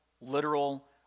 literal